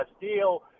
deal